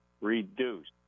reduced